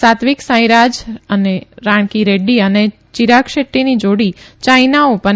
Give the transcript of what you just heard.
સાત્વિક Sairaj Rankireddy અને ચિરાગ શેટ્ટીની જોડી ચાઇના ઓપન